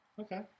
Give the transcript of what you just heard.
Okay